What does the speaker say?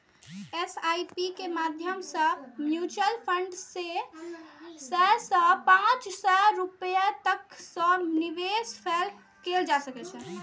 SIP के माध्यम सं म्यूचुअल फंड मे सय सं पांच सय रुपैया तक सं निवेश कैल जा सकैए